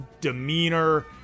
demeanor